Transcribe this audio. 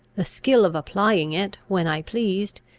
the skill of applying it, when i pleased,